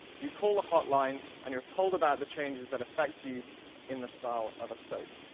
you call the hotline and you're told about the changes that affect you in the style of a soap.